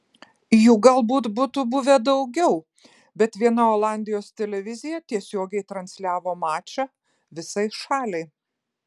jų galbūt būtų buvę daugiau bet viena olandijos televizija tiesiogiai transliavo mačą visai šaliai